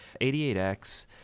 88X